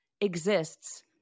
exists